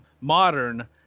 modern